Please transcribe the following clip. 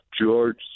George